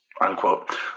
unquote